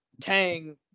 Tang